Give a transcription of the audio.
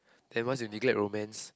then once you neglect romance